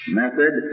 method